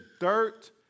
dirt